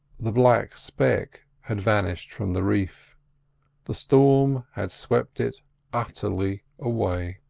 the black speck had vanished from the reef the storm had swept it utterly away.